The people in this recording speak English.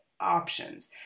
options